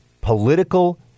political